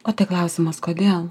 o tai klausimas kodėl